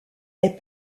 est